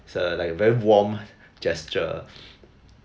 it's a like a very warm gesture